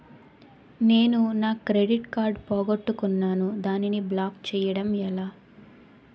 నేను నా credit card పోగొట్టుకున్నాను దానిని బ్లాక్ చేయడం ఎలా?